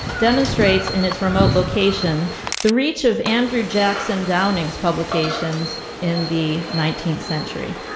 demonstrates in its remote location the reach of andrew jackson downing's publications in the nineteenth century.